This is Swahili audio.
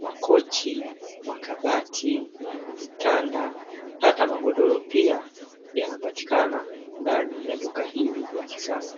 makochi, makabati, vitanda hata magodoro pia; yanapatikana ndani ya duka hili la kisasa.